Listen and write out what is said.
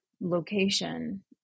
location